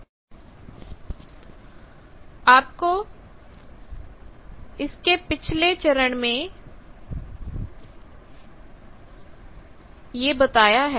०८१४ समय पर स्लाइड देखे आपने इसको पिछलेचरण में किया हुआ है